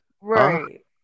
Right